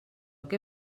què